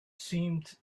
seemed